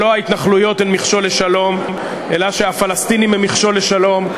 שלא ההתנחלויות הן מכשול לשלום אלא שהפלסטינים הם מכשול לשלום.